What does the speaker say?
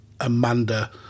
Amanda